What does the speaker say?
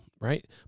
right